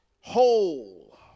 whole